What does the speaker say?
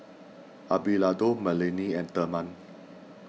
Abelardo Melanie and therman